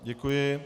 Děkuji.